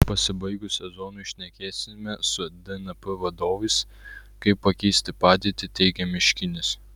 pasibaigus sezonui šnekėsime su dnp vadovais kaip pakeisti padėtį teigia miškinis